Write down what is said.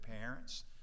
parents